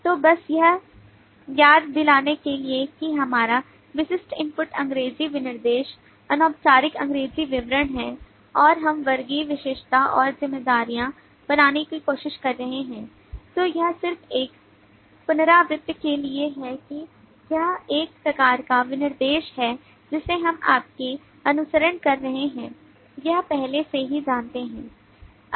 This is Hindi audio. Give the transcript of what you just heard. तो बस यह याद दिलाने के लिए कि हमारा विशिष्ट इनपुट अंग्रेजी विनिर्देश अनौपचारिक अंग्रेजी विवरण है और हम वर्गीय विशेषता और जिम्मेदारियां बनाने की कोशिश कर रहे हैं तो यह सिर्फ एक पुनरावृत्ति के लिए है कि यह एक प्रकार का विनिर्देश है जिसे हम आपके अनुसरण कर रहे हैं यह पहले से ही जानते हैं